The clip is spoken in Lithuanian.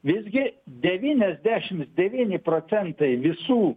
visgi devyniasdešims devyni procentai visų